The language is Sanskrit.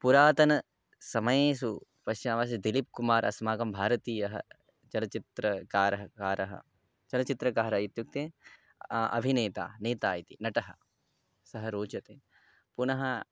पुरातनसमयेषु पश्यामश्चेत् दिलिप् कुमाःर अस्माकं भारतीयः चलच्चित्रकारः कारः चलच्चित्रकार इत्युक्ते अ अभिनेता नेता इति नटः सः रोचते पुनः